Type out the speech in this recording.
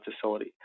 facility